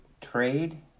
trade